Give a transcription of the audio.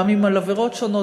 גם אם על עבירות שונות,